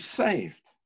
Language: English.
saved